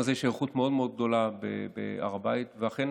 לא קיבלו כל דוח קודם בדואר או ביד.